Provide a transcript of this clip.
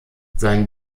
sein